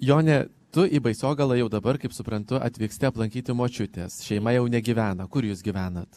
jone tu į baisogalą jau dabar kaip suprantu atvyksti aplankyti močiutės šeima jau negyvena kur jūs gyvenat